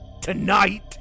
Tonight